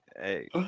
Hey